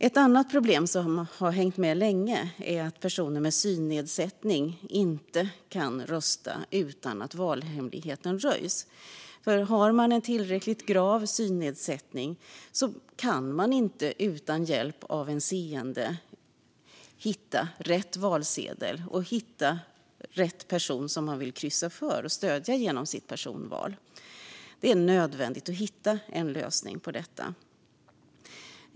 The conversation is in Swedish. Ett annat problem, som har hängt med länge, är att personer med synnedsättning inte kan rösta utan att valhemligheten röjs. Har man en tillräckligt grav synnedsättning kan man inte hitta rätt valsedel utan hjälp av en seende människa. Man kan heller inte hitta den person som man vill kryssa för och stödja genom sitt personval. Det är nödvändigt att hitta en lösning på detta.